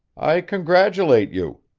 i congratulate you,